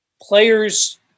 players